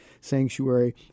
sanctuary